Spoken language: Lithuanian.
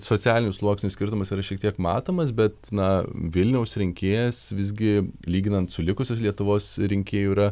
socialinių sluoksnių skirtumas yra šiek tiek matomas bet na vilniaus rinkėjas visgi lyginant su likusios lietuvos rinkėju yra